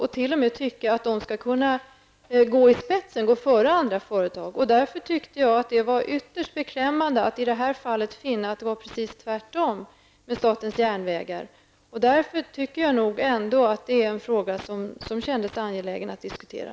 Jag menar att de t.o.m. skall kunna gå i spetsen, gå före andra företag. Det var därför ytterst beklämmande att finna att det i det här fallet var precis tvärtom med statens järnvägar. Av den anledningen tycker jag att frågan kändes angelägen att diskutera.